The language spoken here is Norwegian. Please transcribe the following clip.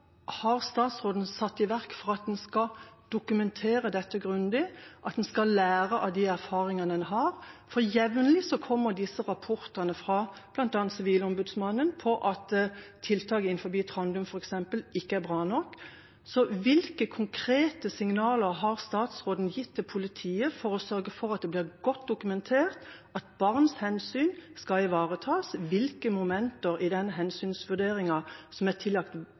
har statsråden satt i verk for at en skal dokumentere dette grundig, og for at en skal lære av de erfaringene en har? Disse rapportene fra bl.a. Sivilombudsmannen om at tiltak innenfor f.eks. Trandum ikke er bra nok, kommer jevnlig. Så hvilke konkrete signaler har statsråden gitt til politiet for å sørge for at det blir godt dokumentert at hensynet til barn skal ivaretas? Hvilke momenter i den hensynsvurderingen er tillagt